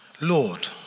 Lord